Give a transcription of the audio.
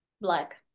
Black